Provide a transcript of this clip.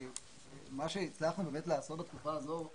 מה הצלחנו באמת לעשות בתקופה הזאת,